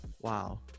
Wow